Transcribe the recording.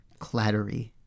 clattery